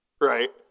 right